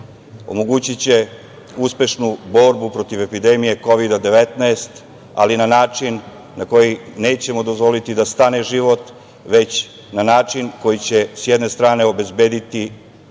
omogućiće uspešnu borbu protiv epidemije Kovida-19, ali na način na koji nećemo dozvoliti da stane život, već na način koji će sa jedne strane obezbediti